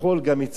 מצד שני,